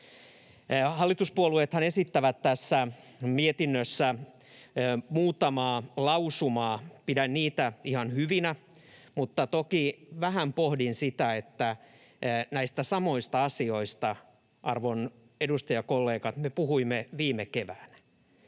Hallituspuolueethan esittävät tässä mietinnössä muutamaa lausumaa. Pidän niitä ihan hyvinä, mutta toki vähän pohdin sitä, että näistä samoista asioista, arvon edustajakollegat, me puhuimme viime keväänä.